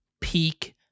peak